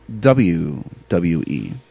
WWE